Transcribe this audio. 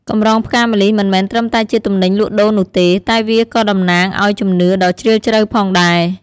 កម្រងផ្កាម្លិះមិនមែនត្រឹមតែជាទំនិញលក់ដូរនោះទេ តែវាក៏តំណាងឲ្យជំនឿដ៏ជ្រាលជ្រៅផងដែរ។